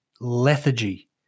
lethargy